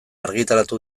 argitaratu